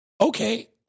Okay